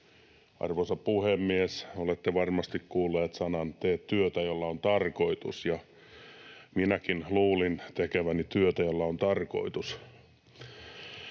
Arvoisa puhemies! Olette varmasti kuulleet sanonnan "Tee työtä, jolla on tarkoitus". Minäkin luulin tekeväni työtä, jolla on tarkoitus.